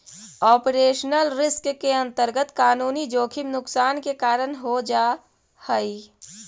operational risk के अंतर्गत कानूनी जोखिम नुकसान के कारण हो जा हई